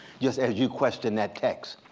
just as you question that text,